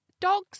dogs